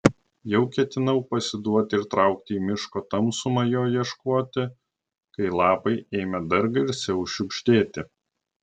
jau ketinau pasiduoti ir traukti į miško tamsumą jo ieškoti kai lapai ėmė dar garsiau šiugždėti